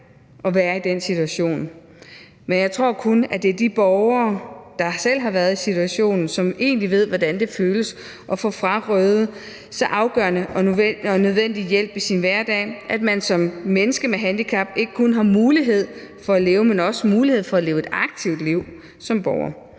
at være i den situation. Men jeg tror kun, at det er de borgere, der selv har været i situationen, som egentlig ved, hvordan det føles at få frarøvet en så afgørende og nødvendig hjælp i sin hverdag, i forhold til at man som menneske med handicap ikke kun har mulighed for at leve, men også mulighed for at leve et aktivt liv som borger.